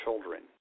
children